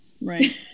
Right